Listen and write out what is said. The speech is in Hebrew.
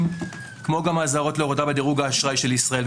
כמו גם האזהרות להורדה בדירוג האשראי של ישראל.